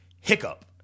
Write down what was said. Hiccup